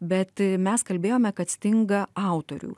bet mes kalbėjome kad stinga autorių